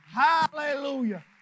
Hallelujah